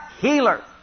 healer